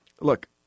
Look